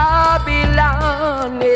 Babylon